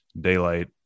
daylight